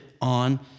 on